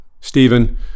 Stephen